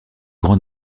grand